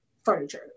furniture